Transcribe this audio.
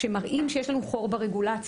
שמראים שיש לנו חור ברגולציה.